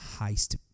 heist